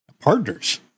Partners